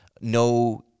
no